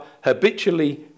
habitually